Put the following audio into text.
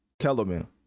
Kellerman